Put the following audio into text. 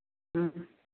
ம் ம்